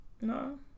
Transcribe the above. No